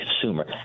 consumer